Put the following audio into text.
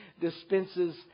dispenses